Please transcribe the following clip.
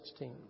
16